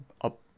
up